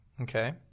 Okay